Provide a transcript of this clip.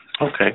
Okay